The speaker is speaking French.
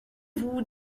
vous